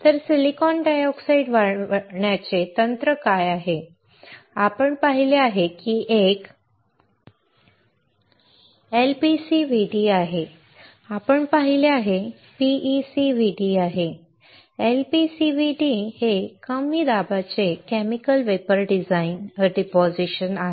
तर silicon dioxide वाढवण्याचे तंत्र काय आहेत आपण पाहिले आहे की एक LPCVD आहे आपण पाहिले आहे PECVD आहे LPCVD हे कमी दाबाचे केमिकल वेपर डिपॉझिशन आहे